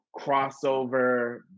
crossover